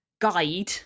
guide